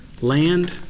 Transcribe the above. land